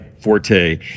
forte